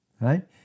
right